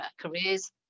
careers